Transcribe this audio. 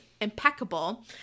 impeccable